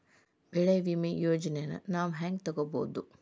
ಬೆಳಿ ವಿಮೆ ಯೋಜನೆನ ನಾವ್ ಹೆಂಗ್ ತೊಗೊಬೋದ್?